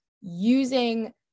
using